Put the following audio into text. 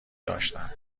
داشتند